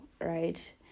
right